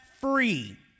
free